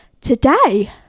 today